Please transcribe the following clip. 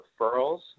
referrals